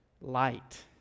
light